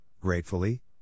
gratefully